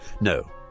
No